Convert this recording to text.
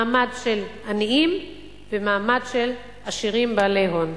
מעמד של עניים ומעמד של עשירים בעלי הון.